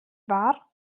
wahr